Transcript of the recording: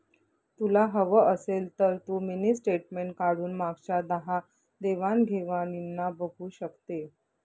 तुला हवं असेल तर तू मिनी स्टेटमेंट काढून मागच्या दहा देवाण घेवाणीना बघू शकते